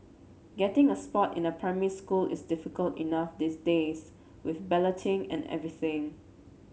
getting a spot in a primary school is difficult enough these days with balloting and everything